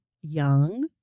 young